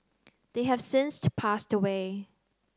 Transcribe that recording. they have since passed away